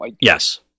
Yes